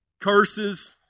Curses